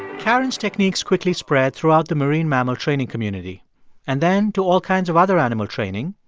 karen's techniques quickly spread throughout the marine mammal training community and then to all kinds of other animal training,